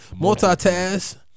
multitask